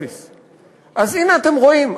אז הנה, אתם רואים.